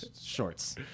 Shorts